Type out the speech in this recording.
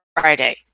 Friday